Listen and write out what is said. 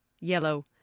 Yellow